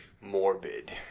Morbid